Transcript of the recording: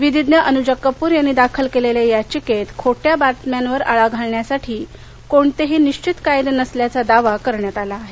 विधीज्ञ अनुजा कप्र यांनी दाखल केलेल्या या याचिकेत खोट्या बातम्यांवर आळा घालण्यासाठी कोणतेही निश्वित कायदे नसल्याचा दावा करण्यात आला आहे